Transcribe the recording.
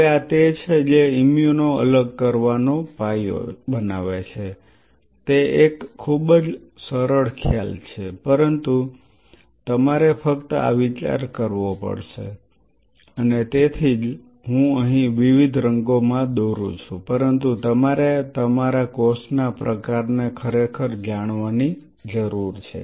હવે આ તે છે જે ઇમ્યુનો અલગ કરવાનો પાયો બનાવે છે તે એક ખૂબ જ સરળ ખ્યાલ છે પરંતુ તમારે ફક્ત આ વિચાર કરવો પડશે અને તેથી જ હું વિવિધ રંગોમાં દોરું છું પરંતુ તમારે તમારા કોષ ના પ્રકારને ખરેખર જાણવાની જરૂર છે